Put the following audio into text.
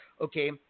Okay